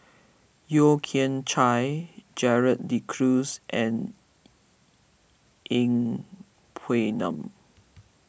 Yeo Kian Chye Gerald De Cruz and Yeng Pway Ngon